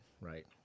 right